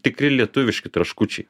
tikri lietuviški traškučiai